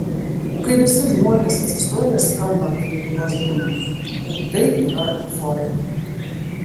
kai visi žmonės atsistoja skambant lietuvos himnui tai yra euforija